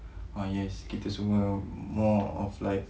ah yes kita semua more of like